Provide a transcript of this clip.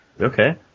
Okay